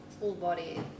full-body